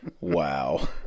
Wow